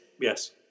yes